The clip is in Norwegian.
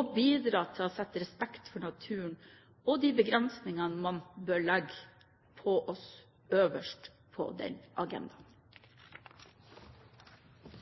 og bidra til å sette respekt for naturen – og de begrensingene man der bør legge – øverst på agendaen.